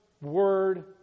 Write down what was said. word